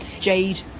jade